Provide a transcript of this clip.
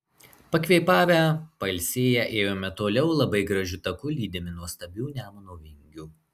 pakvėpavę pailsėję ėjome toliau labai gražiu taku lydimi nuostabių nemuno vingių